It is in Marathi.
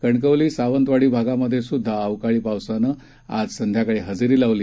कणकवली सावंतवाडीभागातसुद्धाअवकाळीपावसानंआजसंध्याकाळीहजेरीलावली